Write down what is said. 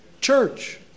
Church